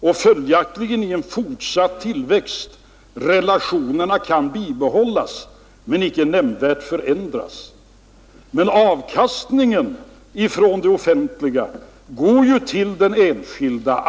Vid fortsatt tillväxt kan följaktligen relationerna bibehållas men inte nämnvärt förändras. " Avkastningen från det offentliga går ut till den enskilde.